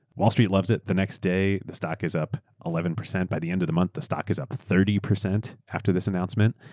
wall street loves it. the next day, the stock is up eleven percent. by the end of the month, the stock is up thirty percent after this announcement.